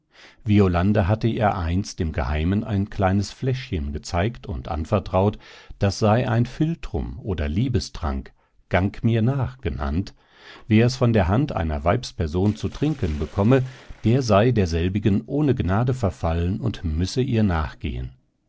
violande hatte ihr einst im geheimen ein kleines fläschchen gezeigt und anvertraut das sei ein philtrum oder liebestrank gang mir nach genannt wer es von der hand einer weibsperson zu trinken bekomme der sei derselbigen ohne gnade verfallen und müsse ihr nachgehen